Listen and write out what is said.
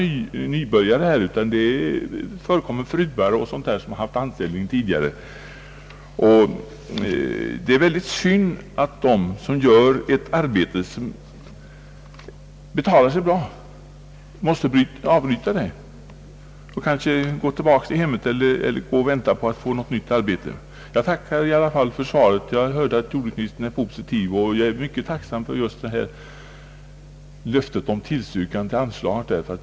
Det är inte bara nybörjare det är fråga om, utan fruar och andra som haft anställning tidigare, och det är synd att de som gör ett arbete som betalar sig bra måste avbryta det och kanske måste gå tillbaka till hemmet eller vänta på att få ett nytt arbete. Jag tackar i alla fall för svaret. Jag har hört att jordbruksministern är positiv, och jag är mycket tacksam just för löftet om tillstyrkt anslag.